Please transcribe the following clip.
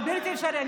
זה בלתי אפשרי.